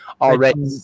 already